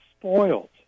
spoiled